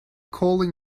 calling